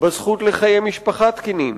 בזכות לחיי משפחה תקינים.